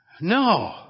No